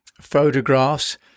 photographs